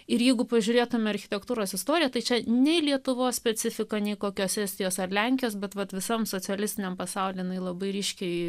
ir jeigu pažiūrėtumėme architektūros istoriją tai čia nei lietuvos specifika nei kokios estijos ar lenkijos bet vat visam socialistiniam pasaulyje labai ryškiai